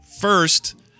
first